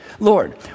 Lord